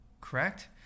correct